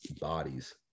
bodies